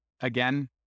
again